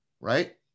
right